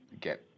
get